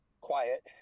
quiet